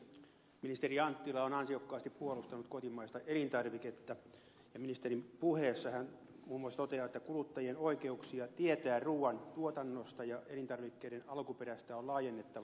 ministeri anttila on ansiokkaasti puolustanut kotimaista elintarviketta ja ministerin puheessa hän muun muassa toteaa että kuluttajien oikeuksia tietää ruuan tuotannosta ja elintarvikkeiden alkuperästä on laajennettava